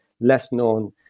less-known